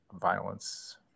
violence